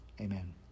Amen